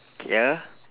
K ah